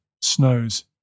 Snow's